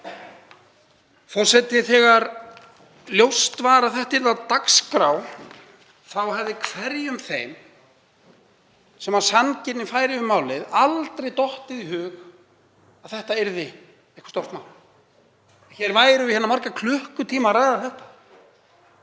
Forseti. Þegar ljóst var að þetta yrði á dagskrá þá hefði hverjum þeim sem af sanngirni færi um málið aldrei dottið í hug að þetta yrði eitthvert stórt mál og hér værum við í marga klukkutíma að ræða þetta.